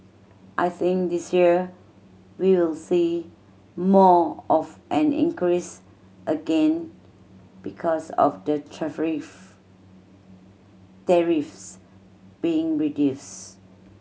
I think this year we will see more of an increase again because of the tariffs being reduced